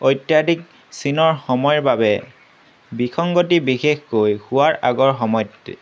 অত্যাধিক চীনৰ সময়ৰ বাবে বিসংগতি বিশেষকৈ হোৱাৰ আগৰ সময়ত